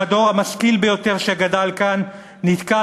גם הדור המשכיל ביותר שגדל כאן נתקל